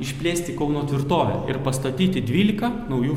išplėsti kauno tvirtovę ir pastatyti dvylika naujų